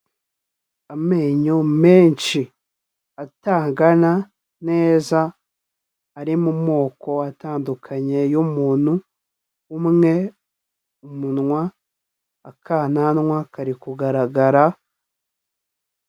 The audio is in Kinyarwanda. Amenyo menshi atangana neza ari mu moko atandukanye y'umuntu umwe umunwa, akananwa kari kugaragara.